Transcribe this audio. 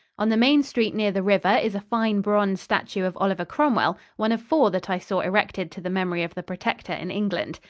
on the main street near the river is a fine bronze statue of oliver cromwell, one of four that i saw erected to the memory of the protector in england.